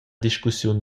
discussiun